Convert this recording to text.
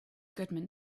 goodman